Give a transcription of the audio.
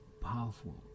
Powerful